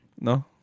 No